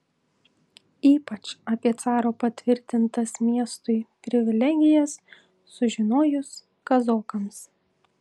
ypač apie caro patvirtintas miestui privilegijas sužinojus kazokams